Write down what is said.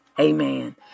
Amen